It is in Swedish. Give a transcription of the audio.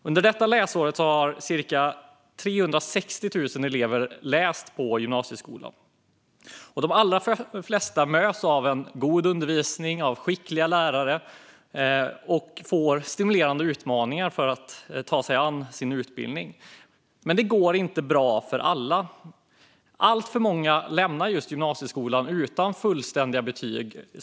Under detta läsår har cirka 360 000 elever läst på gymnasieskolan. De allra flesta möts av en god undervisning och av skickliga lärare och får stimulerande utmaningar när de tar sig an sin utbildning. Men det går inte bra för alla. Alltför många lämnar gymnasieskolan utan fullständiga betyg.